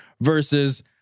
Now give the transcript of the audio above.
versus